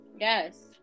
Yes